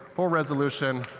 full resolution.